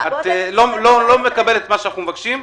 את לא מקבלת את מה שאנחנו מבקשים.